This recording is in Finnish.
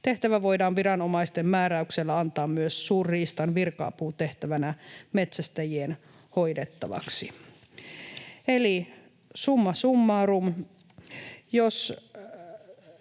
Tehtävä voidaan viranomaisten määräyksellä antaa myös suurriistan virka-aputehtävänä metsästäjien hoidettavaksi. Eli summa summarum,